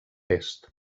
est